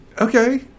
Okay